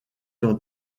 dans